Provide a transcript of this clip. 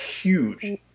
Huge